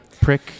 prick